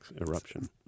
eruption